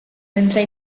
mentre